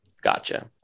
Gotcha